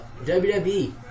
WWE